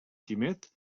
quimet